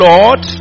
Lord